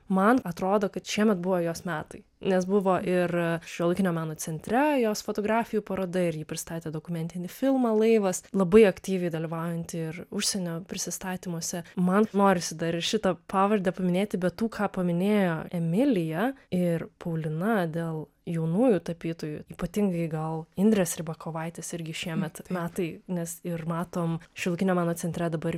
man atrodo kad šiemet buvo jos metai nes buvo ir šiuolaikinio meno centre jos fotografijų paroda ir ji pristatė dokumentinį filmą laivas labai aktyviai dalyvaujanti ir užsienio prisistatymuose man norisi dar ir šitą pavardę paminėti be tų ką paminėjo emilija ir paulina dėl jaunųjų tapytojų ypatingai gal indrės ribakovaitės irgi šiemet metai nes ir matom šiuolaikinio meno centre dabar